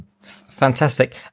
Fantastic